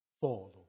follow